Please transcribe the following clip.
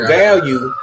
value